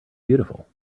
beautiful